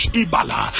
ibala